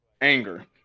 anger